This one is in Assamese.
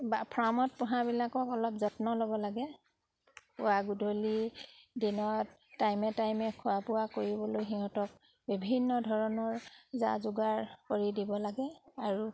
বা ফাৰ্মত পোহাবিলাকক অলপ যত্ন ল'ব লাগে পুৱা গধূলি দিনত টাইমে টাইমে খোৱা বোৱা কৰিবলৈ সিহঁতক বিভিন্ন ধৰণৰ যা যোগাৰ কৰি দিব লাগে আৰু